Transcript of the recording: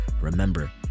Remember